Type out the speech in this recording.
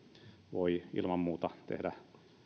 voi ilman muuta tehdä